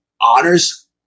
honors